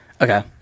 Okay